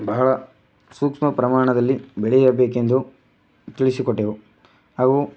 ಬಹಳ ಸೂಕ್ಷ್ಮ ಪ್ರಮಾಣದಲ್ಲಿ ಬೆಳೆಯಬೇಕೆಂದು ತಿಳಿಸಿಕೊಟ್ಟೆವು ಹಾಗೂ